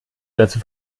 dazu